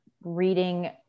reading